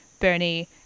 Bernie